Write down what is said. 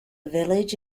village